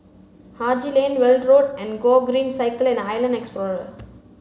Haji Lane Weld Road and Gogreen Cycle and Island Explorer